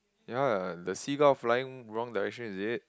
ya the seagull flying wrong direction is it